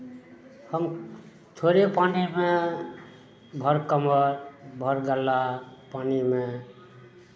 हम थोड़े पानिमे भरि कमर भरि गला पानिमे